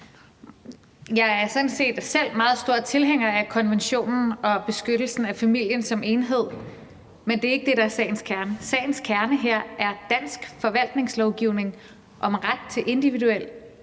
Jeg er sådan set selv meget stor tilhænger af konventionen og beskyttelsen af familien som enhed, men det er ikke det, der er sagens kerne. Sagens kerne her er dansk forvaltningslovgivning om ret til individuel